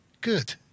good